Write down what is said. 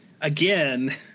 again